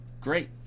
great